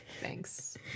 Thanks